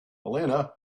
elena